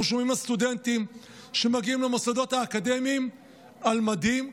אנחנו שומעים על סטודנטים שמגיעים למוסדות האקדמיים על מדים,